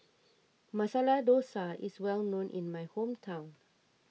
Masala Dosa is well known in my hometown